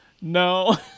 No